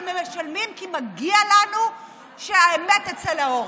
ומשלמים כי מגיע לנו שהאמת תצא לאור.